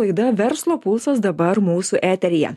laida verslo pulsas dabar mūsų eteryje